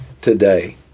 today